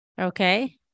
Okay